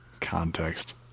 Context